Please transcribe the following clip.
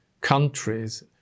countries